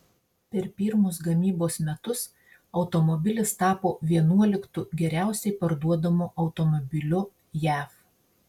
per pirmus gamybos metus automobilis tapo vienuoliktu geriausiai parduodamu automobiliu jav